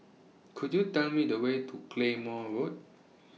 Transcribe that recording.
Could YOU Tell Me The Way to Claymore Road